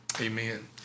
Amen